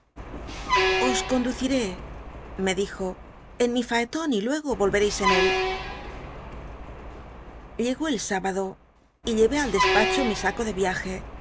os conduciré me dijo en mi facton y luego hereis en él o y llegó el sübado y lleé al despacho mi saco de viaje